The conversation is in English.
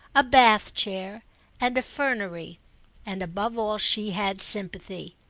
a bath-chair and a fernery and above all she had sympathy.